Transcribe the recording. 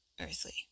earthly